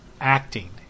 acting